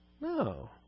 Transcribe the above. No